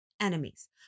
enemies